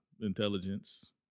intelligence